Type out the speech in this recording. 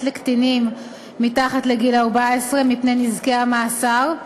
לקטינים מתחת לגיל 14 מפני נזקי המאסר,